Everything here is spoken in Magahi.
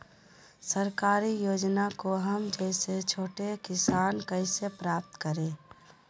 सरकारी योजना को हम जैसे छोटे किसान कैसे प्राप्त करें?